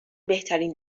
بهترین